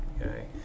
okay